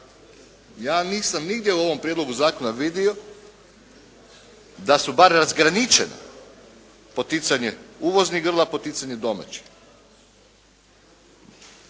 Ja nisam nigdje u ovom prijedlogu zakona vidio da su bar razgraničena poticanje uvoznih grla, poticanje domaćih.